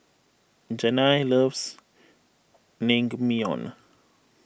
Janay loves Naengmyeon